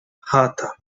chata